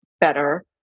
better